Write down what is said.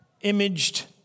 imaged